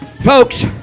Folks